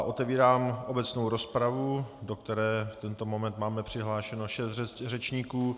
Otevírám obecnou rozpravu, do které v tento moment máme přihlášeno šest řečníků.